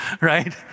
right